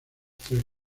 tres